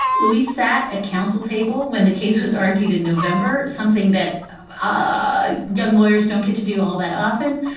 luis sat at counsel table when the case was argued in november, something that ah young lawyers don't get to do all that often.